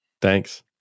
Thanks